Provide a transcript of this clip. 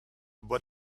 what